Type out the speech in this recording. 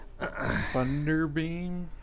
Thunderbeam